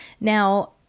Now